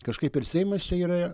kažkaip ir seimas čia yra